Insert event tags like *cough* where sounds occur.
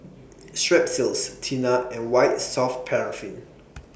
Strepsils Tena and White Soft Paraffin *noise*